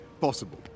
possible